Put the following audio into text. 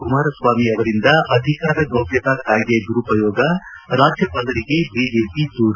ಕುಮಾರಸ್ವಾಮಿ ಅವರಿಂದ ಅಧಿಕಾರ ಗೌಪ್ಣತಾ ಕಾಯ್ದೆ ದುರುಪಯೋಗ ರಾಜ್ಯಪಾಲರಿಗೆ ಬಿಜೆಪಿ ದೂರು